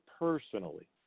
personally